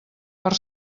per